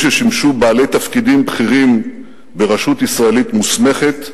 ששימשו בעלי תפקידים בכירים ברשות ישראלית מוסמכת,